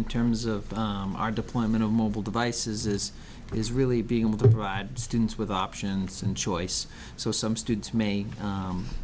in terms of our deployment of mobile devices is what is really being able to provide students with options and choice so some students may